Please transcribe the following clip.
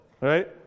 right